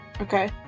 Okay